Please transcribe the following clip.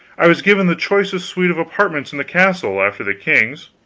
i was given the choicest suite of apartments in the castle, after the king's.